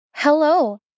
Hello